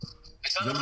אלא רק